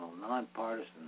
nonpartisan